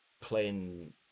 Plain